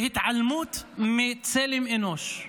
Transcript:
והתעלמות מצלם אנוש.